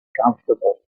comfortable